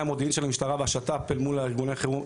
המודיעין והמשטרה והשת"פ אל מול ארגוני החירום,